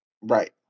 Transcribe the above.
Right